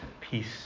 peace